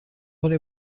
کنی